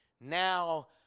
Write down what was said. now